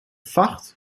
vacht